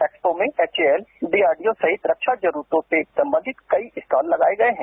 expo में HAL DRDO सहित रक्षा जरूरतों से संबंधित कई स्टॉल लगाये गये हैं